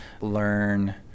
learn